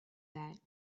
that